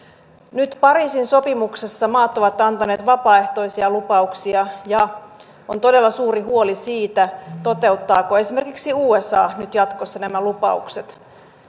nyt pariisin sopimuksessa maat ovat antaneet vapaaehtoisia lupauksia ja on todella suuri huoli siitä toteuttaako esimerkiksi usa nyt jatkossa nämä lupaukset